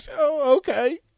okay